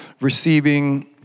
receiving